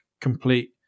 complete